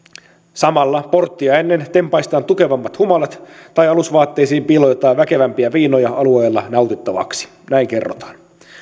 samalla porttia ennen tempaistaan tukevammat humalat tai alusvaatteisiin piilotetaan väkevämpiä viinoja alueella nautittavaksi näin kerrotaan